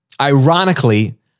Ironically